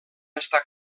estar